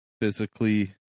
physically